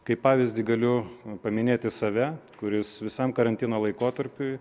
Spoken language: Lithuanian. kaip pavyzdį galiu paminėti save kuris visam karantino laikotarpiui